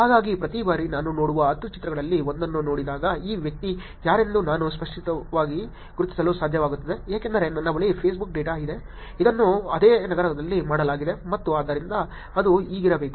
ಹಾಗಾಗಿ ಪ್ರತಿ ಬಾರಿ ನಾನು ನೋಡುವ 10 ಚಿತ್ರಗಳಲ್ಲಿ ಒಂದನ್ನು ನೋಡಿದಾಗ ಈ ವ್ಯಕ್ತಿ ಯಾರೆಂದು ನಾನು ಸ್ಪಷ್ಟವಾಗಿ ಗುರುತಿಸಲು ಸಾಧ್ಯವಾಗುತ್ತದೆ ಏಕೆಂದರೆ ನನ್ನ ಬಳಿ ಫೇಸ್ಬುಕ್ ಡೇಟಾ ಇದೆ ಇದನ್ನು ಅದೇ ನಗರದಲ್ಲಿ ಮಾಡಲಾಗಿದೆ ಮತ್ತು ಆದ್ದರಿಂದ ಅದು ಹೀಗಿರಬೇಕು